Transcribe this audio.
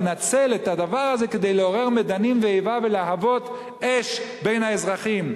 לנצל את הדבר הזה כדי לעורר מדנים ואיבה ולהבות אש בין האזרחים.